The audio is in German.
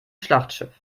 schlachtschiff